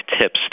Tips